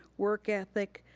work ethic,